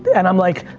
and i'm like,